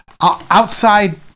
Outside